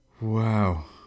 Wow